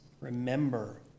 remember